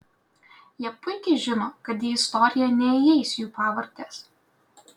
jie puikiai žino kad į istoriją neįeis jų pavardės